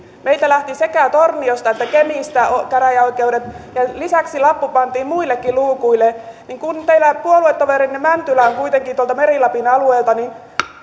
meiltä lähtivät sekä torniosta että kemistä käräjäoikeudet ja lisäksi lappu pantiin muillekin luukuille kun teidän puoluetoverinne mäntylä on kuitenkin tuolta meri lapin alueelta niin